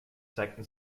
zeigten